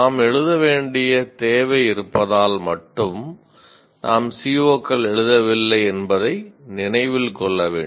நாம் எழுத வேண்டிய தேவை இருப்பதால் மட்டும் நாம் CO கள் எழுதவில்லை என்பதை நினைவில் கொள்ள வேண்டும்